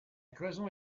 cloison